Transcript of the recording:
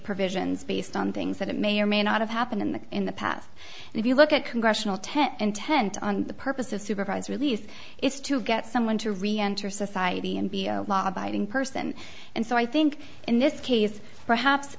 it's based on things that may or may not have happened in the in the past if you look at congressional ten intent on the purpose of supervised release is to get someone to reenter society and be a law abiding person and so i think in this case perhaps